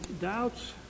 doubts